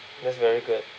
that's very good